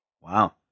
wow